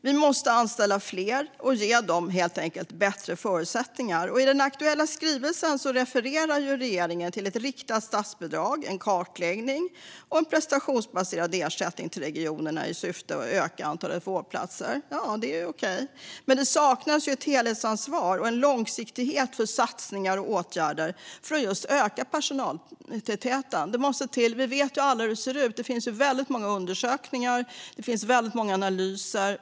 Vi måste anställa fler och helt enkelt ge dem bättre förutsättningar. I den aktuella skrivelsen refererar regeringen till ett riktat statsbidrag, en kartläggning och en prestationsbaserad ersättning till regionerna i syfte att öka antalet vårdplatser. Det är okej. Men det saknas ett helhetsansvar och en långsiktighet för satsningar och åtgärder för att just öka personaltätheten. Vi vet alla hur det ser ut. Det finns väldigt många undersökningar och analyser.